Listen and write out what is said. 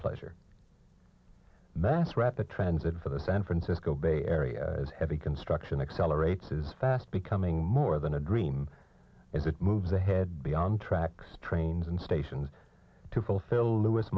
pleasure mass rapid transit for the san francisco bay area as heavy construction accelerates is fast becoming more than a dream as it moves ahead beyond tracks trains and stations to fulfill lewis